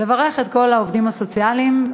לברך את כל העובדים הסוציאליים,